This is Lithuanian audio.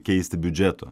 keisti biudžeto